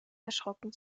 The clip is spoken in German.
erschrocken